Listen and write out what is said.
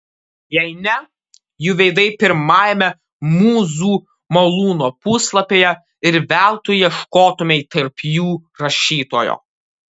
jei ne jų veidai pirmajame mūzų malūno puslapyje ir veltui ieškotumei tarp jų rašytojo